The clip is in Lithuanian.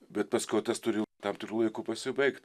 bet paskiau tas turi tam tikru laiku pasibaigt